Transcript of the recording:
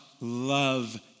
love